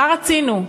מה רצינו?